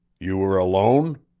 you were alone?